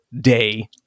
day